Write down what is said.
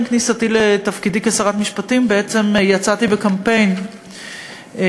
עם כניסתי לתפקידי כשרת משפטים בעצם יצאתי בקמפיין ופתחתי